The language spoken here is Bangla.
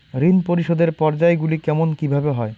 ঋণ পরিশোধের পর্যায়গুলি কেমন কিভাবে হয়?